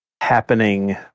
happening